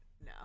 No